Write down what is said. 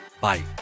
bye